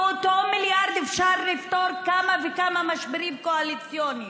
באותו מיליארד אפשר לפתור כמה וכמה משברים קואליציוניים.